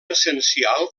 essencial